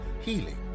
healing